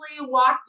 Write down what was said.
walked